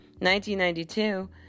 1992